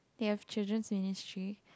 they have children in history